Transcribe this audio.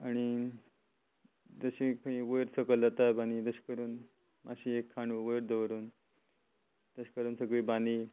आनी जशें खंय वयर सकयल जाता बानी तशे करून मातशी एक खाणू वयर दवरून तशें करून सगळी बानी